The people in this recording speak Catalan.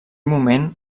moment